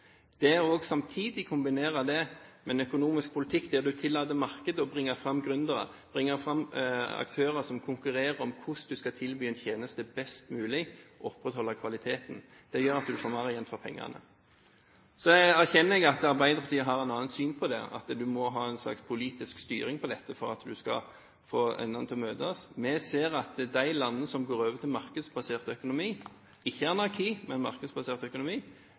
Det å samtidig kombinere det med en økonomisk politikk der man tillater markedet å bringe fram gründere og aktører som konkurrerer om hvordan man skal tilby en tjeneste best mulig, opprettholder kvaliteten. Det gjør at man får mer igjen for pengene. Jeg erkjenner at Arbeiderpartiet har et annet syn på det, at man må ha en slags politisk styring av dette for at man skal få endene til å møtes. Vi ser at de landene som går over til markedsbasert økonomi – ikke